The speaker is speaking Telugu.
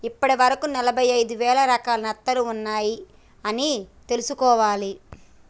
ఇప్పటి వరకు ఎనభై ఐదు వేల రకాల నత్తలు ఉన్నాయ్ అని తెలుసుకోవాలి